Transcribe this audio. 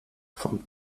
vom